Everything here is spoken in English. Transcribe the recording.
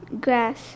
grass